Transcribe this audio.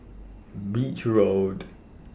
Beach Road